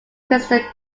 crystal